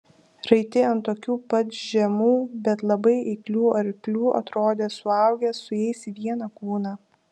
raiti ant tokių pat žemų bet labai eiklių arklių atrodė suaugę su jais į vieną kūną